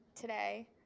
today